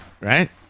Right